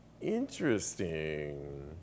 Interesting